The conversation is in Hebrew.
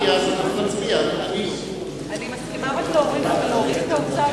אבל להוריד את האוצר,